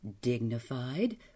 dignified